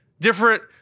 Different